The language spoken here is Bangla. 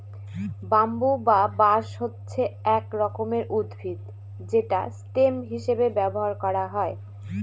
ব্যাম্বু বা বাঁশ হচ্ছে এক রকমের উদ্ভিদ যেটা স্টেম হিসেবে ব্যবহার করা হয়